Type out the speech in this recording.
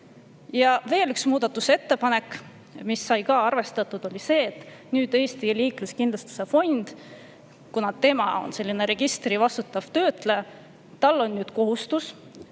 ära. Veel üks muudatusettepanek, mis sai ka arvestatud, oli see, et Eesti Liikluskindlustuse Fondil, kuna tema on sellise registri vastutav töötleja, on nüüd kohustus